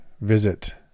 visit